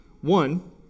One